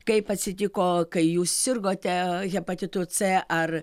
kaip atsitiko kai jūs sirgote hepatitu c ar